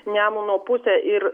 nemuno pusę ir